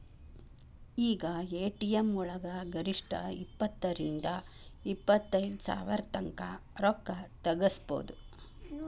ಈಗ ಎ.ಟಿ.ಎಂ ವಳಗ ಗರಿಷ್ಠ ಇಪ್ಪತ್ತರಿಂದಾ ಇಪ್ಪತೈದ್ ಸಾವ್ರತಂಕಾ ರೊಕ್ಕಾ ತಗ್ಸ್ಕೊಬೊದು